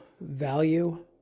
value